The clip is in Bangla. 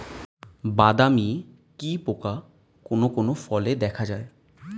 বাদামি কি পোকা কোন কোন ফলে দেখা যায়?